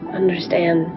understand